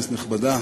כנסת נכבדה,